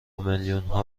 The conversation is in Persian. میلیونها